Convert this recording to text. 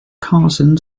carson